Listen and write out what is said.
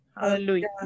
hallelujah